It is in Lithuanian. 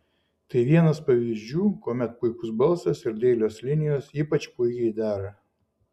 tai vienas pavyzdžių kuomet puikus balsas ir dailios linijos ypač puikiai dera